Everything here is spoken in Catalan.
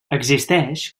existeix